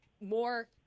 more